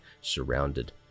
surrounded